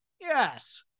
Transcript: yes